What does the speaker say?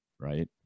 right